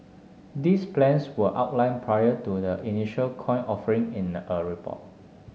these plans were outlined prior to the initial coin offering in a report